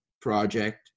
project